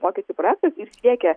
vokiečių projektas ir siekia